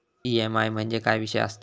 EMI म्हणजे काय विषय आसता?